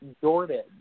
Jordan